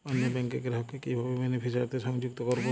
অন্য ব্যাংক র গ্রাহক কে কিভাবে বেনিফিসিয়ারি তে সংযুক্ত করবো?